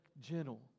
gentle